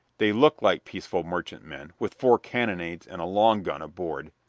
they look like peaceful merchantmen, with four carronades and a long gun aboard!